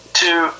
two